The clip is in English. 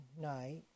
night